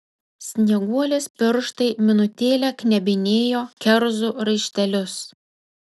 snieguolės pirštai minutėlę knebinėjo kerzų raištelius